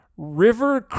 River